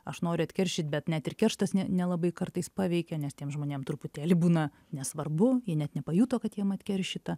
aš noriu atkeršyt bet net ir kerštas ne nelabai kartais paveikia nes tiem žmonėm truputėlį būna nesvarbu jie net nepajuto kad jiem atkeršyta